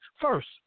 first